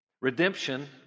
Redemption